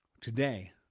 Today